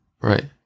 Right